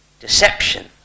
deception